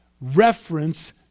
reference